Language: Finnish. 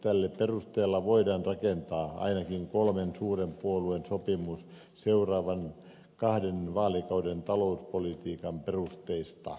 tällä perusteella voidaan rakentaa ainakin kolmen suuren puolueen sopimus seuraavan kahden vaalikauden talouspolitiikan perusteista